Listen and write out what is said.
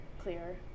clear